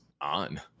on